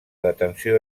detenció